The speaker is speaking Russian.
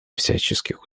всяческих